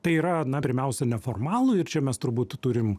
tai yra na pirmiausia neformalų ir čia mes turbūt turim